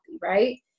right